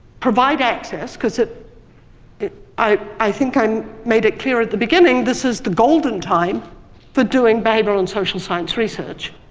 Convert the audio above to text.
provide access cause it it i i think i um made it clear in the beginning this is the golden time for doing behavioral and social science research,